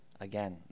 again